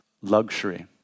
luxury